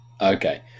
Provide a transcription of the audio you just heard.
okay